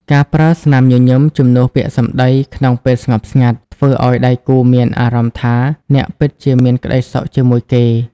ការប្រើស្នាមញញឹមជំនួសពាក្យសម្ដីក្នុងពេលស្ងប់ស្ងាត់ ធ្វើឱ្យដៃគូមានអារម្មណ៍ថាអ្នកពិតជាមានក្ដីសុខជាមួយគេ។